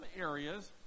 areas